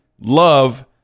love